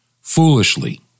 Foolishly